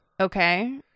Okay